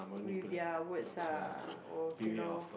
with their words ah oh okay lor